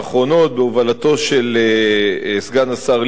בהובלתו של סגן השר ליצמן,